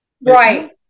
Right